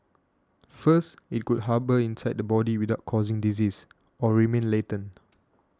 first it could harbour inside the body without causing disease or remain latent